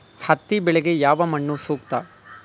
ಹತ್ತಿ ಬೆಳೆಗೆ ಯಾವ ಮಣ್ಣು ಸೂಕ್ತ?